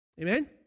Amen